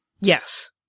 Yes